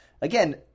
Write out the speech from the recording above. again